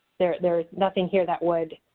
there there is nothing here that would